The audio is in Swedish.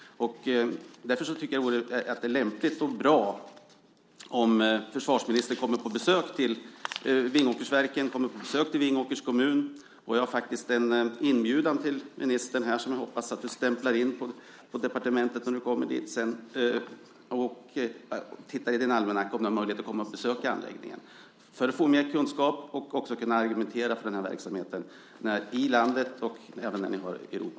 Därför tycker jag att det är lämpligt och bra om försvarsministern kommer på besök till Vingåkersverken och till Vingåkers kommun. Och jag har faktiskt en inbjudan till ministern, som jag hoppas att du stämplar in på departementet när du kommer dit och tittar i din almanacka om du har möjlighet att komma och besöka anläggningen för att få mer kunskap och för att kunna argumentera för denna verksamhet i landet och även när ni har möten i Europa.